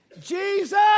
Jesus